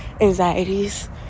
anxieties